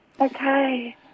Okay